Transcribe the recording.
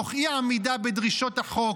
תוך אי-עמידה בדרישות החוק,